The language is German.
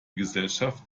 gesellschaft